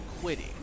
quitting